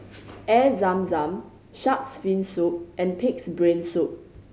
Air Zam Zam Shark's Fin Soup and Pig's Brain Soup